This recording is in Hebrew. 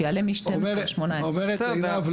אומרת עינב,